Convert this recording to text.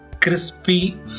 crispy